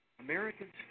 Americans